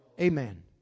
Amen